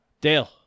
Dale